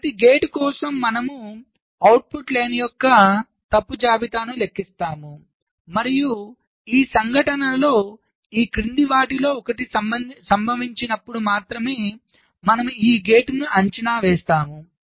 ప్రతి గేట్ కోసం మనము అవుట్పుట్ లైన్ యొక్క తప్పు జాబితాను లెక్కిస్తాము మరియు ఈ సంఘటనలలో ఈ క్రింది వాటిలో ఒకటి సంభవించినప్పుడు మాత్రమే మనము ఈ గేటును అంచనా వేస్తాము